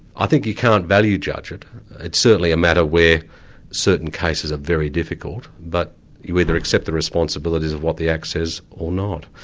i think you can't value-judge it it's certainly a matter where certain cases are very difficult, but you either accept the responsibilities of what the act says, or not.